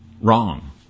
Wrong